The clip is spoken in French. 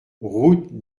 route